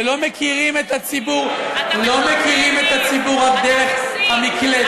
ולא מכירים את הציבור רק דרך המקלדת.